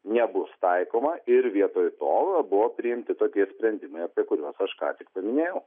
nebus taikoma ir vietoj to buvo priimti tokie sprendimai apie kuriuos aš ką tik paminėjau